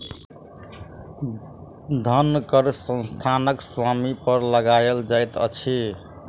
धन कर संस्थानक स्वामी पर लगायल जाइत अछि